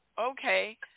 okay